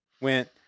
went